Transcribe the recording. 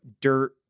dirt